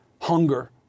hunger